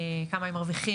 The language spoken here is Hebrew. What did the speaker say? כמה הם מרוויחים,